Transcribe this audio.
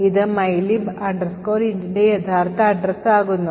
ഇത് mylib int ന്റെ യഥാർത്ഥ address ആകുന്നു